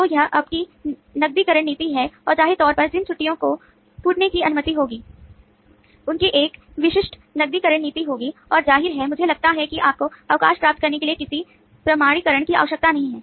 तो यह आपकी नकदीकरण नीति है और जाहिर तौर पर जिन छुट्टियो को कूटने की अनुमति होगी उनकी एक विशिष्ट नकदीकरण नीति होगी और जाहिर है मुझे लगता है कि आपको अवकाश प्राप्त करने के लिए किसी प्रमाणीकरण की आवश्यकता नहीं है